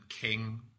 king